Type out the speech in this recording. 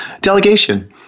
delegation